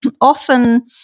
often